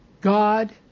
God